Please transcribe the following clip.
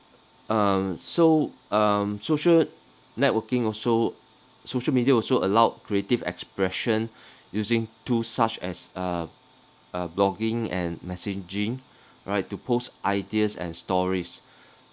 uh so um social networking also social media also allowed creative expression using tools such as uh uh blogging and messaging alright to post ideas and stories